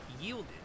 yielded